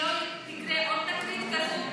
שלא תקרה עוד תקרית כזאת?